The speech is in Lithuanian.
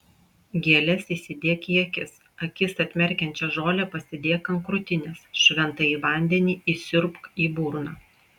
gėles įsidėk į akis akis atmerkiančią žolę pasidėk ant krūtinės šventąjį vandenį įsiurbk į burną